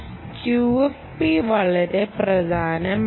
QFP വളരെ പ്രധാനമാണ്